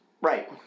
right